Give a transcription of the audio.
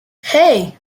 hey